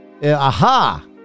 Aha